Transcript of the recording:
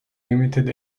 limited